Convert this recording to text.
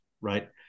Right